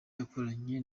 yakoranye